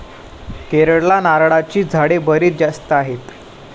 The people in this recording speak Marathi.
केरळला नारळाची झाडे बरीच जास्त आहेत